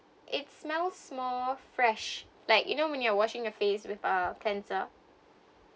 it smells more fresh like you know when you're washing your face with a cleanser